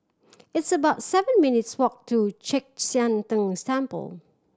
it's about seven minutes walk to Chek Sian Tng's Temple